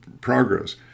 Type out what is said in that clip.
progress